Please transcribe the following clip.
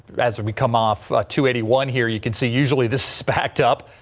as we come off to anyone here you can see usually this packed up.